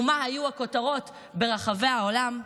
ומה היו הכותרות ברחבי העולם.